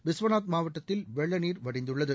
பிஸ்வநாத் மாவட்டத்தில் வெள்ள நீர் வடிந்துள்ளது